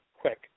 quick